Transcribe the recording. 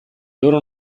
loro